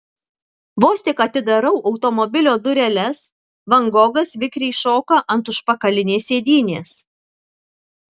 vos tik atidarau automobilio dureles van gogas vikriai šoka ant užpakalinės sėdynės